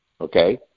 Okay